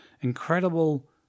incredible